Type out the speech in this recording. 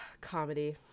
comedy